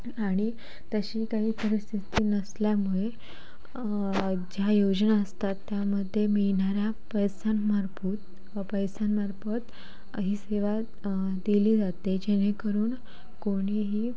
आणि तशी काही परिस्थिती नसल्यामुळे ज्या योजना असतात त्यामध्ये मिळणाऱ्या पैस्यांमार्पुत पैश्यांमार्फत ही सेवा दिली जाते जेणेकरून कोणीही